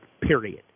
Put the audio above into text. period